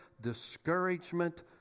discouragement